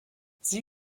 sie